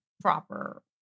proper